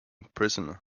prisoner